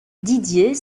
didier